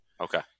Okay